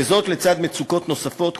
וזאת לצד מצוקות נוספות,